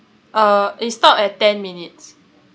uh it stopped at ten minutes okay